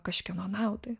kažkieno naudai